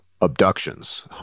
abductions